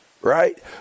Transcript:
right